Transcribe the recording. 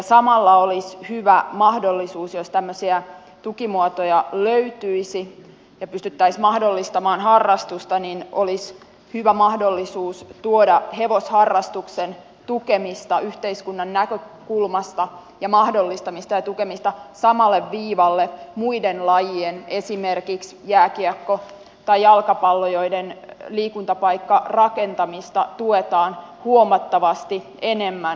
samalla olisi hyvä mahdollisuus jos tämmöisiä tukimuotoja löytyisi ja pystyttäisiin mahdollistamaan harrastusta tuoda hevosharrastuksen mahdollistamista ja tukemista yhteiskunnan näkökulmasta samalle viivalle muiden lajien kanssa esimerkiksi jääkiekon tai jalkapallon joiden liikuntapaikkarakentamista tuetaan huomattavasti enemmän